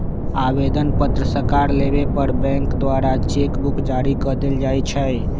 आवेदन पत्र सकार लेबय पर बैंक द्वारा चेक बुक जारी कऽ देल जाइ छइ